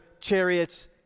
chariots